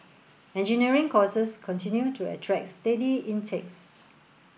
engineering courses continue to attract steady intakes